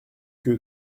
que